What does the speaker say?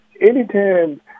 Anytime